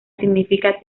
significa